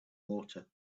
water